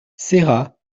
serra